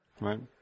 Right